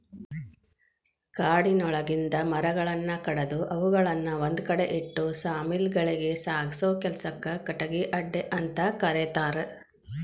ಕಾಡಿನೊಳಗಿಂದ ಮರಗಳನ್ನ ಕಡದು ಅವುಗಳನ್ನ ಒಂದ್ಕಡೆ ಇಟ್ಟು ಸಾ ಮಿಲ್ ಗಳಿಗೆ ಸಾಗಸೋ ಕೆಲ್ಸಕ್ಕ ಕಟಗಿ ಅಡ್ಡೆಅಂತ ಕರೇತಾರ